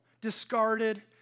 discarded